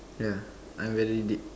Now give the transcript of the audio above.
yeah I'm very deep